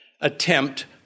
attempt